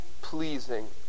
pleasing